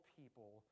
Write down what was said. people